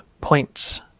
points